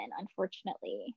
unfortunately